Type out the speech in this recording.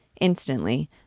Instantly